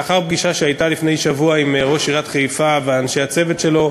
לאחר פגישה שהייתה לפני שבוע עם ראש עיריית חיפה ואנשי הצוות שלו,